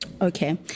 Okay